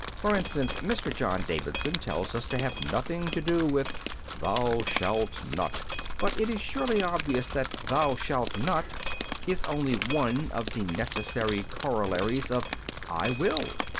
for instance, mr. john davidson tells us to have nothing to do with thou shalt not but it is surely obvious that thou shalt not is only one of the necessary corollaries of i will.